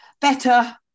better